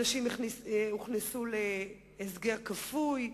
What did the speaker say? אנשים נכנסו להסגר כפוי,